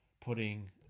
putting